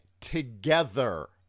together